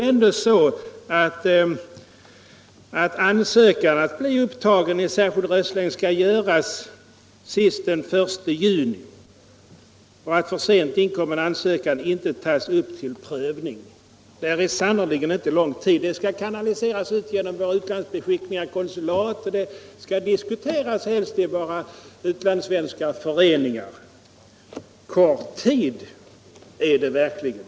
Ansökan om att bli upptagen i särskild röstlängd skall göras senast den 1 juni, och försent inkommen ansökan tas inte upp till prövning. Det är sannerligen inte lång tid som står till buds. Informationen desförinnan — Nr 80 skall kanaliseras ut genom våra utlandsbeskickningar och konsulat, och helst Torsdagen den diskuteras i våra utlandssvenska föreningar. Kort tid är det verkligen.